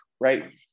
right